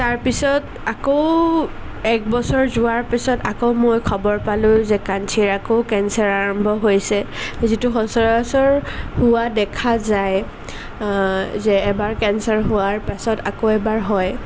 তাৰপিছত আকৌ এক বছৰ যোৱাৰ পিছত আকৌ মই খবৰ পালোঁ যে কাঞ্চিৰ আকৌ কেঞ্চাৰ আৰম্ভ হৈছে যিটো সচৰাচৰ হোৱা দেখা যায় যে এবাৰ কেঞ্চাৰ হোৱাৰ পাছত আকৌ এবাৰ হয়